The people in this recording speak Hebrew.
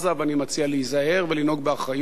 ואני מציע להיזהר ולנהוג באחריות,